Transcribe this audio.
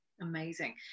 Amazing